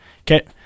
Okay